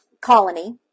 colony